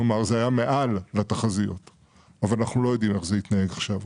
אבל אנחנו לא יודעים איך זה יתנהל עכשיו.